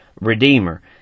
Redeemer